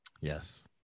Yes